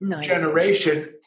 generation